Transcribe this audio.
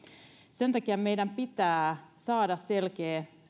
sen takia meidän pitää saada selkeä